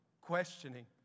questioning